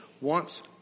wants